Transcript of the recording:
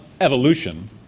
evolution